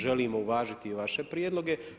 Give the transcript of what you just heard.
Želimo uvažiti i vaše prijedloge.